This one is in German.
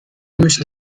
müssen